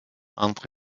entre